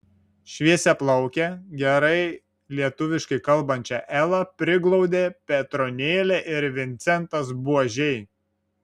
šviesiaplaukę gerai lietuviškai kalbančią elą priglaudė petronėlė ir vincentas buožiai